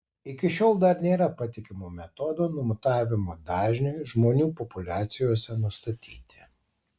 iki šiol dar nėra patikimo metodo mutavimo dažniui žmonių populiacijose nustatyti